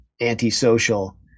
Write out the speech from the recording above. antisocial